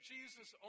Jesus